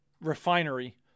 refinery